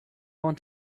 want